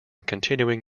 continuing